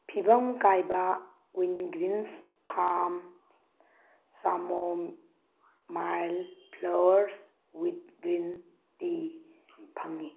ꯐꯤꯕꯝ ꯀꯥꯏꯕ ꯋꯤꯟꯒ꯭ꯔꯤꯟꯁ ꯐꯥꯝ chamomile flowers with green tea ꯐꯪꯉꯤ